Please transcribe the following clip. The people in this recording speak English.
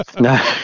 No